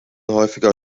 häufiger